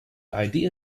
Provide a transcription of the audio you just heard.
idea